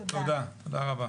תודה רבה.